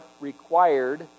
required